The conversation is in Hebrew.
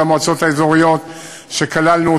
כל המועצות האזוריות שכללנו,